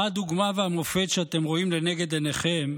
מה הדוגמה והמופת שאתם רואים לנגד עיניכם,